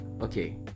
Okay